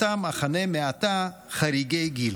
שאותם אכנה מעתה "חריגי גיל".